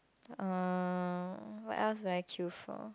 uh what else will I kill for